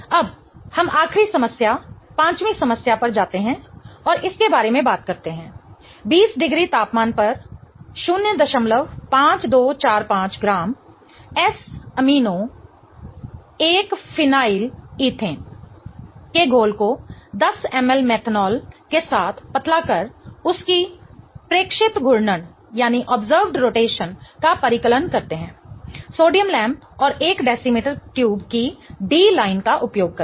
अब हम आखिरी समस्या पाँचवीं समस्या पर जाते हैं और इसके बारे में बात करते हैं 20 डिग्री तापमान पर 05245 gram amino 1 phenylethane amino 1 phenylethane के घोल को 10ml मेथनॉल के साथ पतला कर उसकी प्रेक्षित घूर्णन का परिकलन करते हैं सोडियम लैंप और 1 डेसीमीटर ट्यूब की D लाइन का उपयोग करके